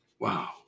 Wow